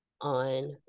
on